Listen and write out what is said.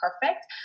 perfect